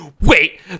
wait